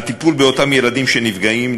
הטיפול באותם ילדים שנפגעים,